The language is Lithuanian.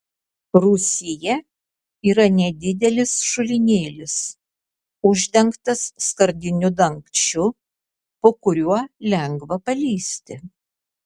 rūsyje yra nedidelis šulinėlis uždengtas skardiniu dangčiu po kuriuo lengva palįsti